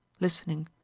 listening,